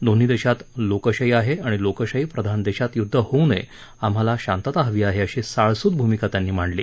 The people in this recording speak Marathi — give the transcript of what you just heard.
दोन्ही देशात लोकशाही आहे आणि लोकशाहीप्रधान देशात युद्ध होऊ नये आम्हाला शांतता हवी आहे अशी साळसूद भूमिका त्यांनी मांडली